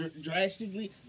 drastically